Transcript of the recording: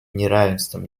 неравенством